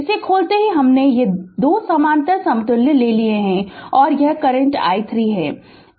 इसे खोलते ही हमने ये 2 समानांतर समतुल्य ले लिए हैं और यह करंट i3 है